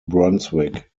brunswick